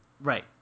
Right